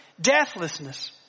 deathlessness